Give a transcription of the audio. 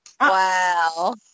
Wow